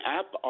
app